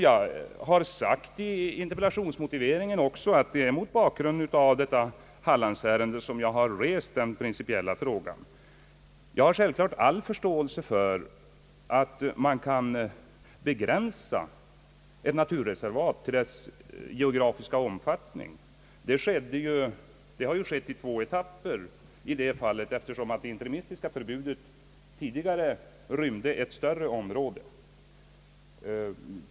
Jag har i interpellationsmotiveringen också sagt, att det är mot bakgrunden av Hallandsärendet som jag har rest den principiella frågan. Jag har självklart all förståelse för att man kan vilja begränsa ett naturreservat i dess geografiska omfattning. Så har ju i Hallandsfallet skett i två etapper — det interimistiska förbudet rymde tidigare ett större område.